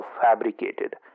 fabricated